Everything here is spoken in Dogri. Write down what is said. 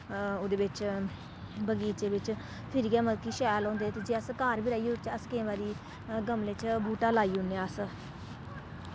ओह्दे बिच्च बगीचे बिच्च फ्हिरी गै मतलब कि शैल होंदे ते जे अस घर बी राही ओड़चे अस केईं बारी गमले च बूह्टा लाई ओड़ने अस